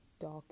dark